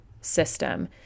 system